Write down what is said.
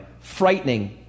frightening